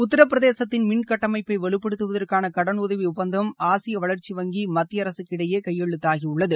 உத்திரபிரதேசத்தின் மின் கட்டமைப்பை வலுப்படுத்துவதற்கான கடனுதவி ஒப்பந்தம் ஆசிய வளர்ச்சி வங்கி மத்திய அரசுக்கு இடையே கையெழுத்தாகியுள்ளது